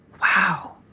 Wow